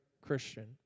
Christian